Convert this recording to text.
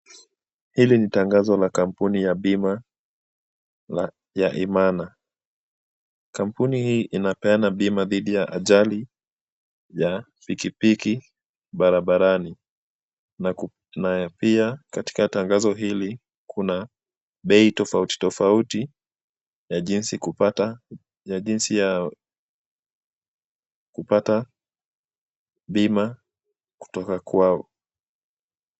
Hili ni tangazo la kampuni ya bima ya Imana ,kampuni inapeana bima kinga dhidhi ya ajali ya pikipiki barabarani ,na pia katika tangazo hili kuna bei tofauti tofauti ya jinsi ya kupata bima kutoka kwao .